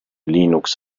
linux